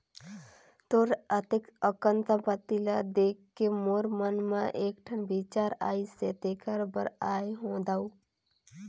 तोर अतेक अकन संपत्ति ल देखके मोर मन मे एकठन बिचार आइसे तेखरे बर आये हो दाऊ